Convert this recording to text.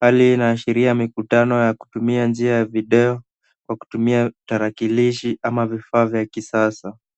Hali hii inaashiria mikutano ya kutumia njia ya video kwa kutumia tarakilishi ama vifaa vya kisasa.